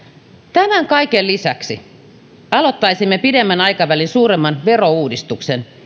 tämän kaiken lisäksi aloittaisimme pidemmän aikavälin suuremman verouudistuksen